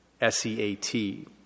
S-E-A-T